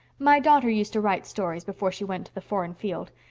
my daughter used to write stories before she went to the foreign field,